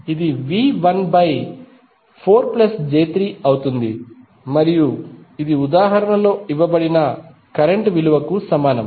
ఇది V1 by 4 j3 అవుతుంది మరియు ఇది ఉదాహరణలో ఇవ్వబడిన కరెంట్ విలువకు సమానం